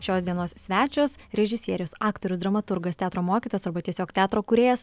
šios dienos svečias režisierius aktorius dramaturgas teatro mokytojas arba tiesiog teatro kūrėjas